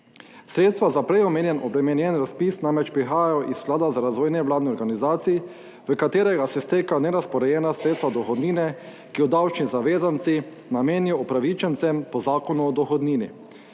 Sredstva za prej omenjen obremenjen razpis namreč prihajajo iz Sklada za razvoj nevladnih organizacij, v katerega se stekajo nerazporejena sredstva dohodnine, ki jo davčni zavezanci namenijo upravičencem po Zakonu o dohodnini.